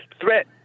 threat